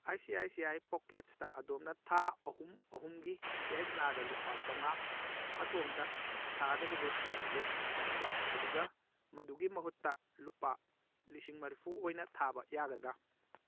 I C I C I ꯄꯣꯛꯀꯦꯠꯁꯇ ꯑꯗꯣꯝꯅ ꯊꯥ ꯑꯍꯨꯝ ꯑꯍꯨꯝꯒꯤ ꯌꯥꯏꯁꯅꯥꯗ ꯂꯨꯄꯥ ꯆꯃꯉꯥ ꯃꯇꯣꯝꯇ ꯊꯥꯗꯕꯗꯨ ꯂꯦꯞꯍꯟꯕ ꯑꯗꯨꯒ ꯑꯗꯨꯒꯤ ꯃꯍꯨꯠꯇ ꯂꯨꯄꯥ ꯂꯤꯁꯤꯡ ꯃꯔꯤꯐꯨ ꯑꯣꯏꯅ ꯊꯥꯕ ꯌꯥꯒꯗ꯭ꯔꯥ